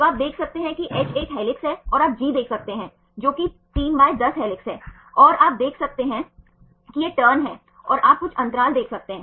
तो आप देख सकते हैं कि H एक हेलिक्स है और आप G देख सकते हैं जो कि 310 हेलिक्स है और आप देख सकते हैं कि यह टर्न है और आप कुछ अंतराल देख सकते हैं